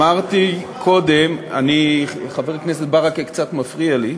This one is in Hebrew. אני אמרתי קודם חבר הכנסת ברכה קצת מפריע לי,